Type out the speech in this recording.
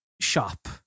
shop